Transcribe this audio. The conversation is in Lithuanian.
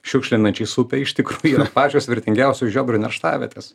šiukšlinančiais upę iš yra pačios vertingiausios žiobrių nerštavietės